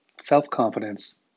self-confidence